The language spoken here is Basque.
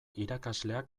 irakasleak